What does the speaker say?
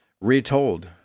retold